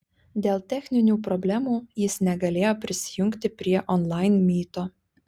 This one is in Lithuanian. dėl techninių problemų jis negalėjo prisijungti prie onlain myto